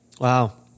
Wow